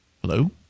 Hello